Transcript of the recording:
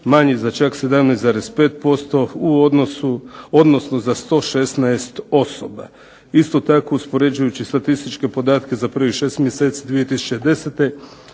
manji za čak 17,5% u odnosu, odnosno za 116 osoba. Isto tako, uspoređujući statističke podatke za prvih 6 mjeseci 2010.